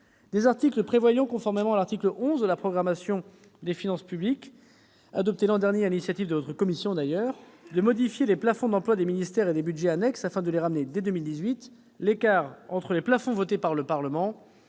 des articles prévoyant, conformément à l'article 11 de la loi de programmation des finances publiques, adoptée l'an dernier sur l'initiative de votre commission, de modifier les plafonds d'emplois des ministères et des budgets annexes, afin de ramener, dès 2018, l'écart entre les plafonds votés par le Parlement